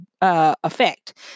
effect